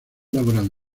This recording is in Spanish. laboral